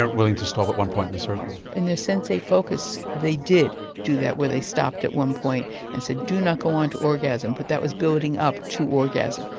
willing to stop at one point in the circle. in their sensate focus they did that, where they stopped at one point and said, do not go on to orgasm, but that was building up to orgasm,